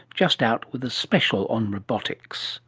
just out, with a special on robotics